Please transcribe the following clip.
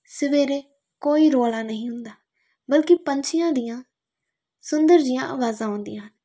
ਸਵੇਰੇ ਕੋਈ ਰੌਲਾ ਨਹੀਂ ਹੁੰਦਾ ਬਲਕਿ ਪੰਛੀਆਂ ਦੀਆਂ ਸੁੰਦਰ ਜਿਹੀਆਂ ਆਵਾਜ਼ਾਂ ਆਉਂਦੀਆਂ ਹਨ